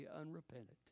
unrepentant